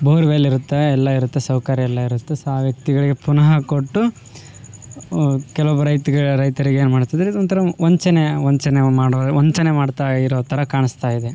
borewell ಇರುತ್ತೆ ಎಲ್ಲಇರುತ್ತೆ ಸೌಕರ್ಯ ಎಲ್ಲಇರುತ್ತೆ ಸೊ ಆ ವ್ಯಕ್ತಿಗಳಿಗೆ ಪುನಃ ಕೊಟ್ಟು ಕೆಲವೊಬ್ಬ ರೈತಗೆ ರೈತರಿಗೆ ಏನ್ಮಾಡ್ತಿದಾರೆ ಒಂದ್ತರ ವಂಚನೆ ವಂಚನೆ ಮಾಡೋ ವಂಚನೆ ಮಾಡ್ತಾಯಿರೋ ಥರ ಕಾಣಿಸ್ತಾಯಿದೆ